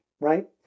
right